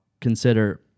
consider